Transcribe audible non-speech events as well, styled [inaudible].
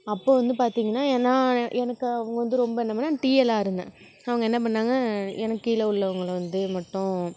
அப்போது வந்து பார்த்தீங்கன்னா எல்லாம் எனக்கு அவங்க வந்து ரொம்ப என்ன [unintelligible] டிஎல்லாக இருந்தேன் அவங்க என்ன பண்ணாங்க எனக்கு கீழே உள்ளவங்களை வந்து மட்டும்